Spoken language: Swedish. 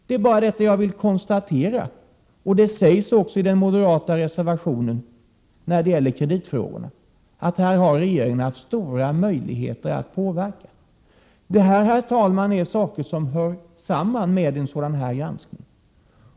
Det är bara detta jag vill konstatera. Det sägs också i den moderata reservationen när det gäller kreditfrågorna att här har regeringen haft stora möjligheter att påverka. Detta är, herr talman, saker som hör samman med en sådan här granskning.